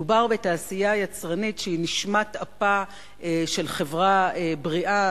מדובר בתעשייה יצרנית שהיא נשמת אפה של חברה בריאה,